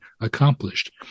accomplished